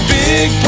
big